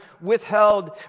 withheld